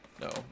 No